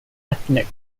ethnic